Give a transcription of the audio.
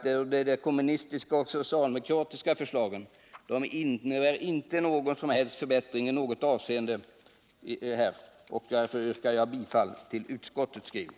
Då de kommunistiska och socialdemokratiska förslagen inte innebär någon som helst förbättring i något av dessa avseenden yrkar jag bifall till utskottets hemställan.